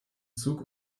zug